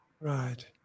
Right